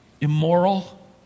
Immoral